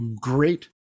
great